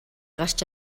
гарч